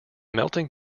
melting